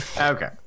Okay